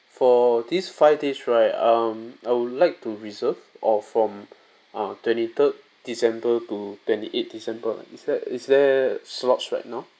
for this five days right um I would like to reserve or from a twenty third december two twenty eight december is there is there slots right now